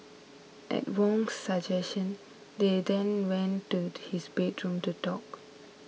at Wong's suggestion they then went to his bedroom to talk